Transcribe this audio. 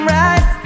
right